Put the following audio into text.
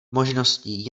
možností